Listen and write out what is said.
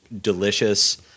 delicious